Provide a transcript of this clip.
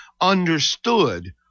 understood